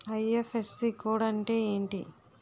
IFSC code అంటే ఏంటి?